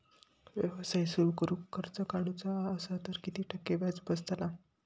व्यवसाय सुरु करूक कर्ज काढूचा असा तर किती टक्के व्याज बसतला?